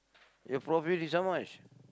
your profit is how much